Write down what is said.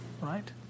right